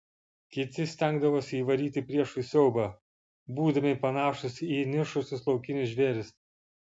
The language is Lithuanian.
kiti stengdavosi įvaryti priešui siaubą būdami panašūs į įniršusius laukinius žvėris